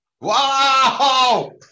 Wow